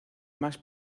más